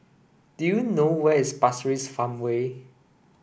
do you know where is Pasir Ris Farmway